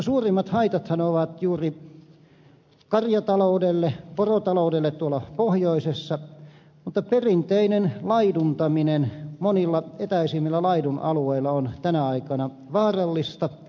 suurimmat haitathan ovat juuri karjataloudelle porotaloudelle tuolla pohjoisessa mutta perinteinen laiduntaminen monilla etäisimmillä laidunalueilla on tänä aikana vaarallista